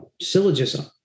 syllogism